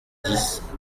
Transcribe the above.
dix